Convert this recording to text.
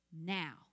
now